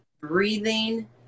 breathing